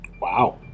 Wow